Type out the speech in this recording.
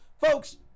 Folks